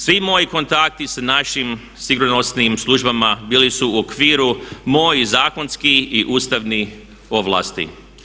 Svi moji kontakti s našim sigurnosnim službama bili su u okviru mojih zakonskih i ustavnih ovlasti.